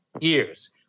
years